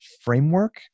framework